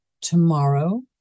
tomorrow